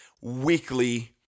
weekly